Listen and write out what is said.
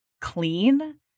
clean